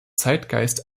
zeitgeist